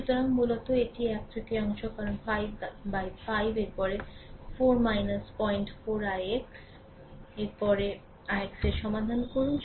সুতরাং মূলত এটি এক তৃতীয়াংশ কারণ 5 15 এর পরে 4 04 ix এর পরে ix এর সমাধান করুন